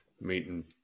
meeting